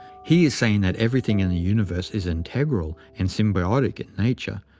he is saying that everything in the universe is integral and symbiotic in nature,